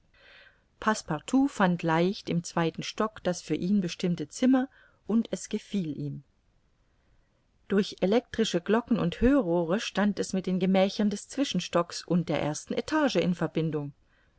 fand leicht im zweiten stock das für ihn bestimmte zimmer und es gefiel ihm durch elektrische glocken und hörrohre stand es mit den gemächern des zwischenstocks und der ersten etage in verbindung